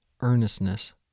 earnestness